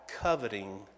coveting